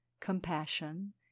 compassion